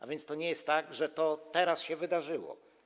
A więc to nie jest tak, że to teraz się wydarzyło.